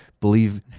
believe